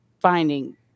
finding